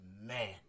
man